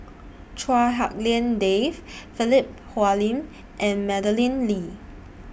Chua Hak Lien Dave Philip Hoalim and Madeleine Lee